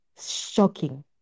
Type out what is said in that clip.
shocking